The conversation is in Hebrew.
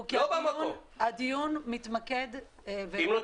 קוצר הרוח שלי הוא מכיוון שהדיון מתמקד -- אם לא